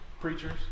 preachers